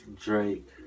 Drake